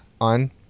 on